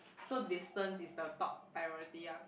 so distance is the top priority ah